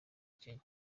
kenya